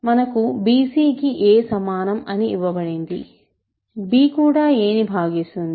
మనకు bc కి a సమానం అని ఇవ్వబడింది b కూడా a ను భాగిస్తుంది